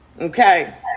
Okay